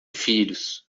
filhos